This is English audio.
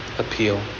appeal